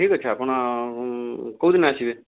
ଠିକ ଅଛି ଆପଣ କେଉଁ ଦିନ ଆସିବେ